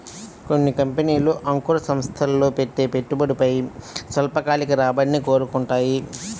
కొన్ని కంపెనీలు అంకుర సంస్థల్లో పెట్టే పెట్టుబడిపై స్వల్పకాలిక రాబడిని కోరుకుంటాయి